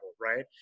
right